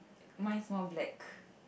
mine is more black